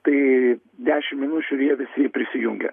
tai dešimt minučių ir jie visi prisijungę